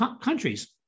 countries